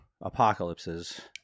apocalypses